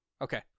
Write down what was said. Okay